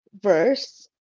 verse